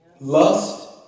lust